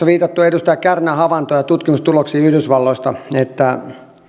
viitattu edustaja kärnän havaintoon ja tutkimustuloksiin yhdysvalloista että